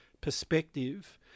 perspective